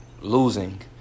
losing